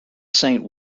saint